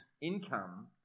income